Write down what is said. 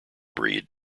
breed